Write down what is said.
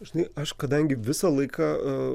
žinai aš kadangi visą laiką